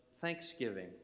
thanksgiving